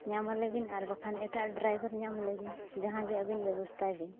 ᱧᱟᱢᱟ ᱞᱮᱵᱤᱱ ᱟᱨ ᱵᱟᱠᱷᱟᱱ ᱮᱴᱟᱜ ᱧᱟᱢᱟᱞᱮ ᱵᱮᱱ ᱡᱟᱦᱟᱸ ᱜᱮ ᱟᱵᱤᱱ ᱵᱮᱵᱚᱥᱛᱷᱟᱭ ᱵᱤᱱ